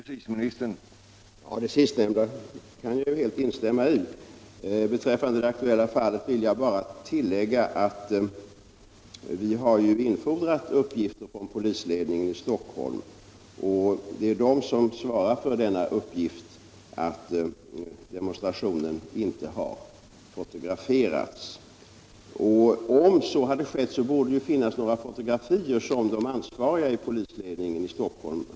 Herr talman! Det sistnämnda kan jag helt instämma i. Beträffande det aktuella fallet vill jag bara tillägga att vi infordrat uppgifter från polisledningen i Stockholm, och det är den som svarar för uppgiften att demonstrationen inte har fotograferats. Om så hade skett borde det finnas några fotografier som de ansvariga i polisledningen hade sett.